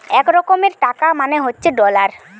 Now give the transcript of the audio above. এক রকমের টাকা মানে হচ্ছে ডলার